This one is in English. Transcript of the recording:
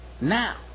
now